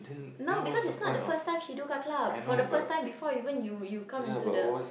no because it's not the first time she do car club for the first time before even you you come into the